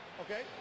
Okay